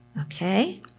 Okay